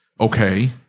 Okay